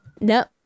No